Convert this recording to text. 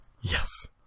Yes